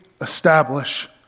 establish